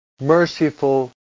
merciful